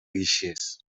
guixers